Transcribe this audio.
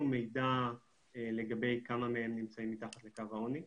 מידע לגבי כמה מהם נמצאים מתחת לקו העוני,